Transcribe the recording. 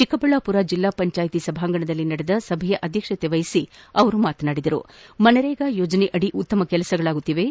ಚಿಕ್ಕಬಳ್ಳಾಪುರ ಜಿಲ್ಲಾ ಪಂಚಾಯತ್ ಸಭಾಂಗಣದಲ್ಲಿ ನಡೆದ ಸಭೆಯ ಅಧ್ಯಕ್ಷತೆ ವಹಿಸಿ ಮಾತನಾಡಿದ ಅವರು ಮನ್ರೇಗಾ ಯೋಜನೆಯಡಿ ಉತ್ತಮ ಕೆಲಸಗಳಾಗುತ್ತಿದ್ದು